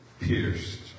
pierced